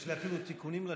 יש לי אפילו תיקונים לשאלות.